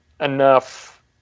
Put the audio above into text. enough